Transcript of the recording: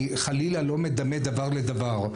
אני חלילה לא מדמה דבר לדבר,